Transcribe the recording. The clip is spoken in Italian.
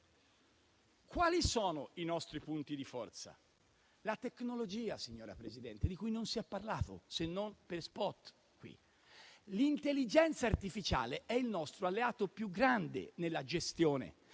Quali sono i nostri punti di forza? La tecnologia, signora Presidente, di cui non si è parlato, se non per *spot*. L'intelligenza artificiale è il nostro alleato più grande nella gestione